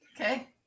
okay